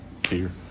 fear